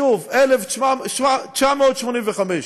שוב, 1985: